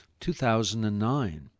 2009